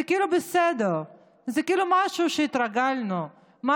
זה כאילו בסדר, זה כאילו משהו שהתרגלנו אליו,